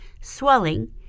swelling